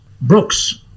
Brooks